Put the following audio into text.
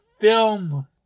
film